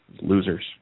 Losers